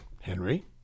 Henry